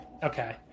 Okay